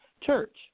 church